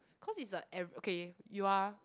cause it's a av~ okay you are